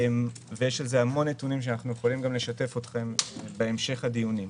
יש על זה המון נתונים שאנחנו יכולים לשתף אתכם בהם בהמשך הדיונים.